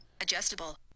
Adjustable